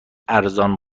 ارزان